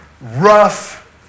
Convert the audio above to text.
rough